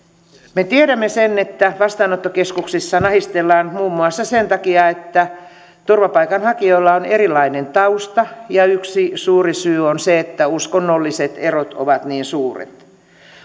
me tiedämme että vastaanottokeskuksissa nahistellaan muun muassa sen takia että turvapaikanhakijoilla on erilainen tausta ja yksi suuri syy on se että uskonnolliset erot ovat niin suuret